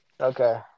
Okay